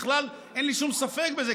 בכלל אין לי שום ספק בזה,